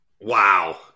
Wow